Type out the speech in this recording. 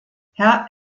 herr